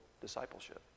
discipleship